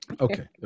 Okay